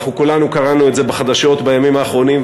ואנחנו כולנו קראנו את זה בחדשות בימים האחרונים.